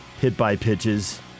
hit-by-pitches